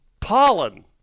pollen